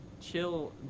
Chill